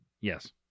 Yes